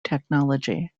technology